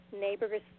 neighbors